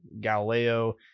Galileo